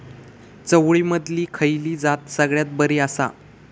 चवळीमधली खयली जात सगळ्यात बरी आसा?